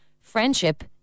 Friendship